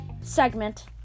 segment